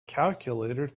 calculator